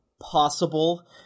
possible